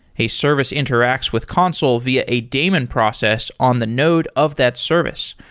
a service interacts with consul via a daemon process on the node of that service.